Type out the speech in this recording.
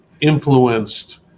influenced